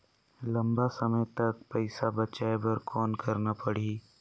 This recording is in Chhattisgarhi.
लंबा समय तक पइसा बचाये बर कौन करना पड़ही?